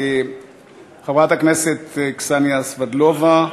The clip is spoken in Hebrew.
חברת הכנסת קסניה סבטלובה.